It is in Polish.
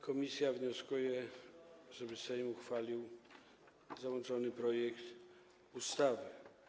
Komisja wnioskuje, żeby Sejm uchwalił załączony projekt ustawy.